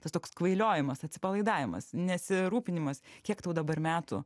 tas toks kvailiojimas atsipalaidavimas nesirūpinimas kiek tau dabar metų